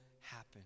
happen